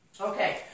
Okay